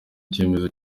icyemezo